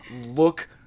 look